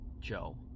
Joe